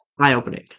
eye-opening